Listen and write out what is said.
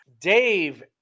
Dave